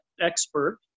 expert